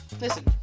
listen